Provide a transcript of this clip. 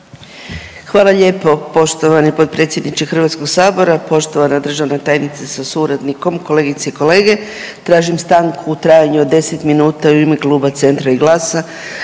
Hvala lijepo. Poštovani potpredsjedniče HS-a, poštovana državna tajnice sa suradnikom, kolegice i kolege. Tražim stanku u trajanju od 10 minuta u ime kluba Centra i GLAS-a